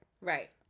Right